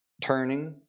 Turning